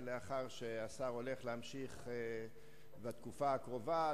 ומאחר שהשר הולך להמשיך בתפקידו בתקופה הקרובה,